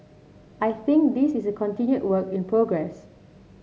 I think this is a continued work in progress